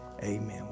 amen